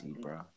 bro